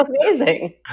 Amazing